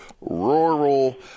rural